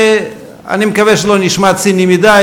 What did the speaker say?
אני מקווה שאני לא נשמע ציני מדי.